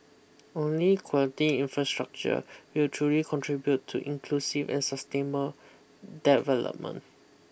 only quality infrastructure will truly contribute to inclusive and sustainable development